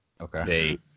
Okay